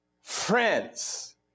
friends